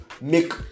make